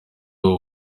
aba